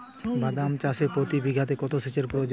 বাদাম চাষে প্রতি বিঘাতে কত সেচের প্রয়োজন?